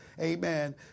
Amen